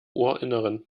ohrinneren